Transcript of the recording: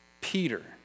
Peter